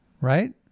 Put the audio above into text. right